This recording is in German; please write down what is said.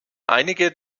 einige